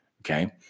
Okay